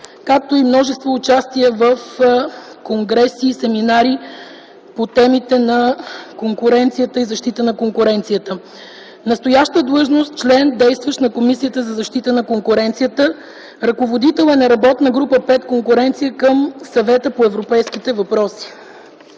както и множество участия в конгреси и семинари по темите на конкуренцията и защитата на конкуренцията. Настояща длъжност – действащ член на Комисията за защита на конкуренцията. Ръководител е на Работна група 5 „Конкуренция” към Съвета по европейските въпроси.